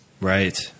right